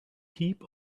heap